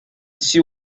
see